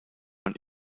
man